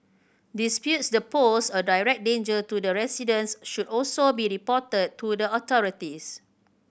disputes that pose a direct danger to the residents should also be reported to the authorities